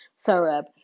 syrup